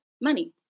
money